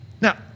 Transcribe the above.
Now